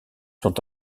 sont